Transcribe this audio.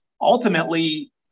ultimately